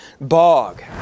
bog